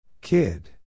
Kid